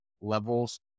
levels